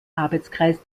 arbeitskreis